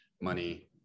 money